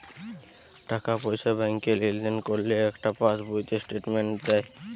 টাকা পয়সা ব্যাংকে লেনদেন করলে একটা পাশ বইতে স্টেটমেন্ট দেয়